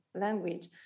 language